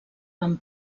van